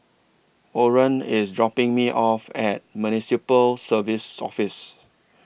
Orren IS dropping Me off At Municipal Services Office